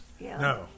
No